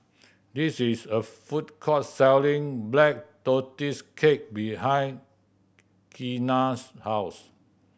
this is a food court selling Black Tortoise Cake behind Keena's house